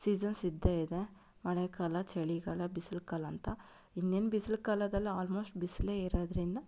seasons ಇದ್ದೇ ಇದೆ ಮಳೆಗಾಲ ಚಳಿಗಾಲ ಬಿಸಿಲು ಕಾಲ ಅಂತ ಇನ್ನೇನು ಬಿಸಿಲು ಕಾಲದಲ್ಲಿ ಆಲ್ಮೋಸ್ಟ್ ಬಿಸಿಲೇ ಇರೋದ್ರಿಂದ